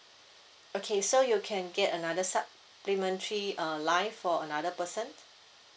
okay so you can get another supplementary uh line for another person